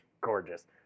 gorgeous